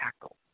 tackle